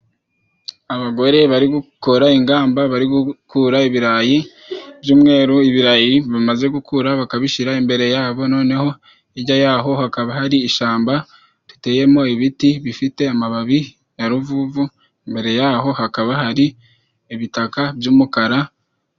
Abagore bari gukora ingamba, bari gukura ibirayi by'umweru, ibirayi bimaze gukura, bakabishira imbere yabo. Noneho, hirya yaho, hakaba hari ishamba riteyemo ibiti bifite amababi ya ruvuvu. Imbere yaho, hakaba hari ibitaka by'umukara.